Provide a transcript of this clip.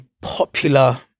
popular